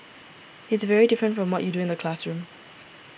it's very different from what you do in the classroom